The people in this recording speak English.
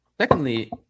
Secondly